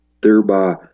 thereby